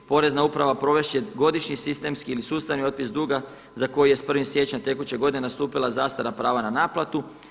Porezna uprava provest će godišnji sistemski ili sustavni otpis duga za koji je s 1. siječnjem tekuće godine nastupila zastara prava na naplatu.